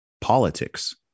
politics